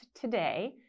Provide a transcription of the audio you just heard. today